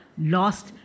lost